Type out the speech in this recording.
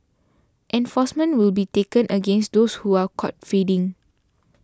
enforcement will be taken against those who are caught feeding